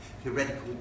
theoretical